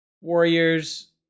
Warriors